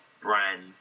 brand